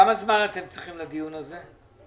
כמה זמן אתם צריכים לדיון הזה?